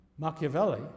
Machiavelli